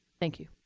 thank you.